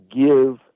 give